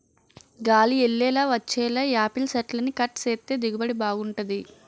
గాలి యెల్లేలా వచ్చేలా యాపిల్ సెట్లని కట్ సేత్తే దిగుబడి బాగుంటది